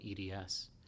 EDS